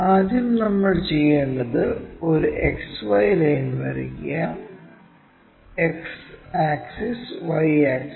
ആദ്യം നമ്മൾ ചെയ്യേണ്ടത് ഒരു XY ലൈൻ വരയ്ക്കുക X ആക്സിസ് Y ആക്സിസ്